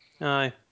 Aye